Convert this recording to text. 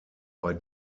bei